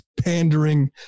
pandering